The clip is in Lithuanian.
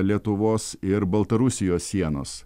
lietuvos ir baltarusijos sienos